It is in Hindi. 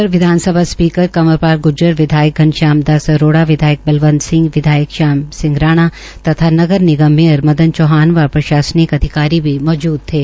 इस अवसर पर विधानसभा स्पीकर कंवर पाल गूर्जर विधायक घनश्याम दास अरोड़ा विधायक बलवंत सिंह विधायक श्याम सिंह राणा तथा नगर निगम मेयर मदन चौहान व प्रशासनिक अधिकारी भी मौजूद थे